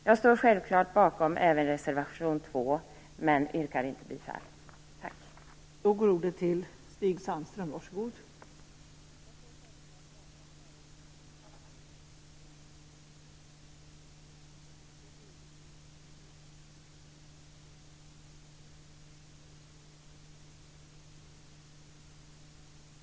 Jag står självfallet bakom även reservation 2 men yrkar inte bifall till den.